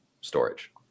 storage